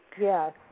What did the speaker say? Yes